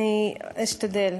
אשתדל.